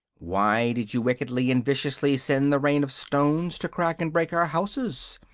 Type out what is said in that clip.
why did you wickedly and viciously send the rain of stones to crack and break our houses?